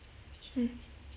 mm